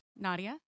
Nadia